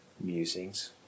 musings